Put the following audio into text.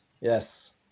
Yes